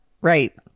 right